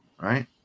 right